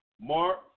Mark